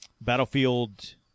Battlefield